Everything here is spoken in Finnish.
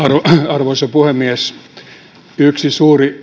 arvoisa puhemies yksi suuri